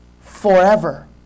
forever